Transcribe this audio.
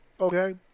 Okay